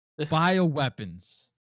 Bioweapons